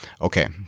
Okay